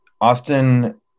Austin